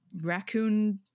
raccoon